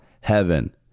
heaven